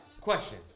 question